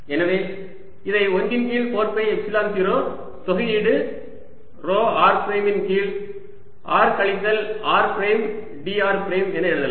எனவே இதை 1 இன் கீழ் 4 பை எப்சிலன் 0 தொகையீடு ρ r பிரைம் இன் கீழ் r கழித்தல் r பிரைம் dr பிரைம் என எழுதலாம்